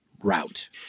route